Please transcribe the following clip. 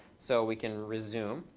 so we can resume.